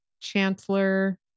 chancellor